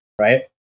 right